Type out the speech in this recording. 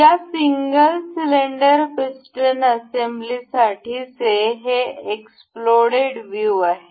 या single cylinder piston assembly साठीचे हे एक्स्प्लोडेड व्ह्यू आहे